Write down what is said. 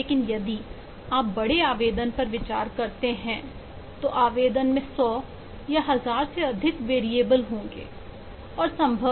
लेकिन यदि आप बड़े आवेदन पर विचार करते हैं तो आवेदन में 100 या 1000 से अधिक वेरिएबल है